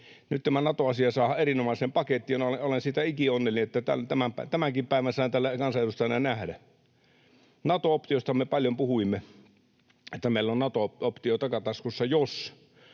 nyt tämä Nato-asia saadaan erinomaiseen pakettiin... Olen siitä ikionnellinen, että tämänkin päivän sain täällä kansanedustajana nähdä. Nato-optiosta me paljon puhuimme, että meillä on Nato-optio takataskussa, jos...